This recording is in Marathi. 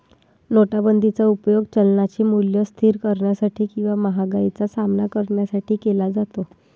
नोटाबंदीचा उपयोग चलनाचे मूल्य स्थिर करण्यासाठी किंवा महागाईचा सामना करण्यासाठी केला जातो